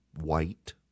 white